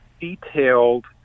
detailed